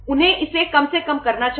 उन्हें इसे कम से कम करना चाहिए